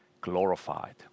glorified